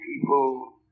people